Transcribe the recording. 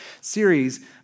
series